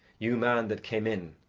you man that came in,